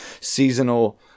seasonal